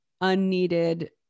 unneeded